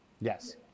yes